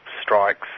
strikes